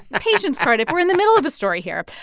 patience, cardiff. we're in the middle of a story here.